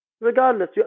regardless